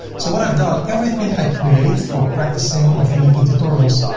so what i've done, everything i create for practicing or for making tutorials,